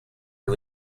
our